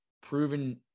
proven